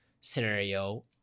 scenario